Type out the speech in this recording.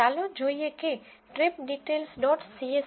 ચાલો જોઈએ કે ટ્રીપ ડિટેઈલ્સ ડોટ સીએસવીtripDetails